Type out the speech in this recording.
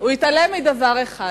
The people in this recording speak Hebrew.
הוא התעלם מדבר אחד.